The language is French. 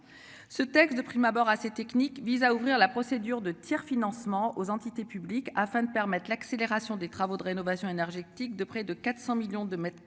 Ce texte de prime abord assez technique vise à ouvrir la procédure de tiers-financement aux entités publiques afin de permettre l'accélération des travaux de rénovation énergétique de près de 400 millions de mètres